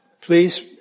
please